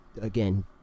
again